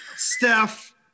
Steph